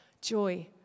joy